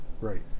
right